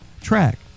track